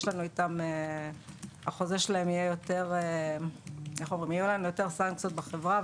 יהיו יותר סנקציות בחברה,